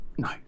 No